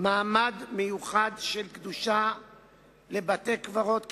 מעמד מיוחד של קדושה לבתי-קברות ככלל,